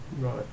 Right